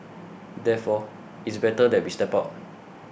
therefore it's better that we step out